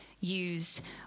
use